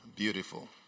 beautiful